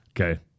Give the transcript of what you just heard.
Okay